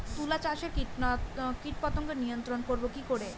তুলা চাষে কীটপতঙ্গ নিয়ন্ত্রণর করব কি করে?